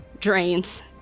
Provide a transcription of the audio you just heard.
drains